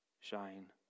Shine